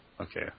Okay